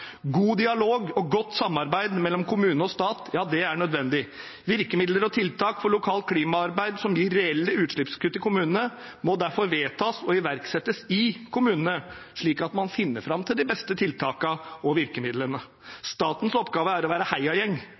God dialog og godt samarbeid mellom kommune og stat er nødvendig. Virkemidler og tiltak for lokalt klimaarbeid som gir reelle utslippskutt i kommunene, må derfor vedtas og iverksettes i kommunene, slik at man finner fram til de beste tiltakene og virkemidlene. Statens oppgave er å være